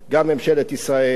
גם ממשלת ישראל,